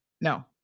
No